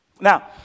Now